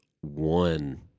one